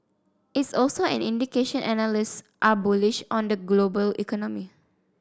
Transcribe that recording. it's also an indication analysts are bullish on the global economy